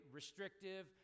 restrictive